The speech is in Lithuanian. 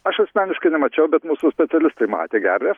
aš asmeniškai nemačiau bet mūsų specialistai matė gerve